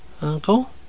Uncle